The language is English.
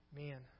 Man